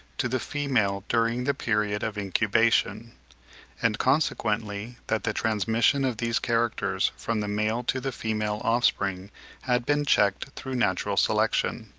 to the female during the period of incubation and consequently that the transmission of these characters from the male to the female offspring had been checked through natural selection.